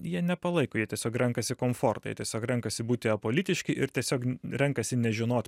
jie nepalaiko jie tiesiog renkasi komfortą jie tiesiog renkasi būti apolitiški ir tiesiog renkasi nežinot